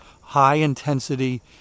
high-intensity